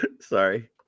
Sorry